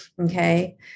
okay